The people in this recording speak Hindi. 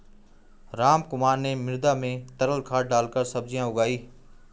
रामकुमार ने मृदा में तरल खाद डालकर सब्जियां उगाई